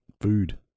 food